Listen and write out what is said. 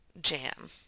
jam